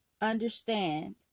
understand